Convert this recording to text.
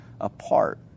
apart